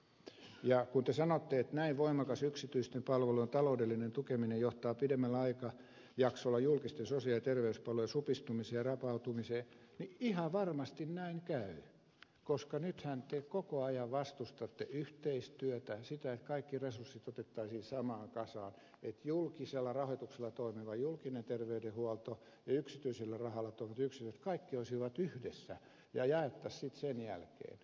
kun te sanotte että näin voimakas yksityisten palvelujen taloudellinen tukeminen johtaa pidemmällä ajanjaksolla julkisten sosiaali ja terveyspalvelujen supistumiseen ja rapautumiseen niin ihan varmasti näin käy koska nythän te koko ajan vastustatte yhteistyötä sitä että kaikki resurssit otettaisiin samaan kasaan että julkisella rahoituksella toimiva julkinen terveydenhuolto ja yksityisellä rahalla toimivat yksiköt kaikki olisivat yhdessä ja jaettaisiin sitten sen jälkeen